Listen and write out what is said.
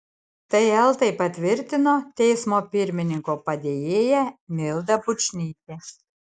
tai eltai patvirtino teismo pirmininko padėjėja milda bučnytė